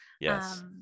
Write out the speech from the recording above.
Yes